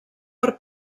per